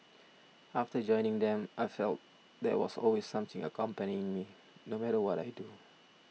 after joining them I felt there was always something accompanying me no matter what I do